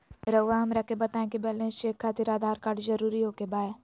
रउआ हमरा के बताए कि बैलेंस चेक खातिर आधार कार्ड जरूर ओके बाय?